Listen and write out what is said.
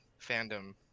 fandom